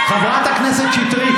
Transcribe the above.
חברת הכנסת שטרית,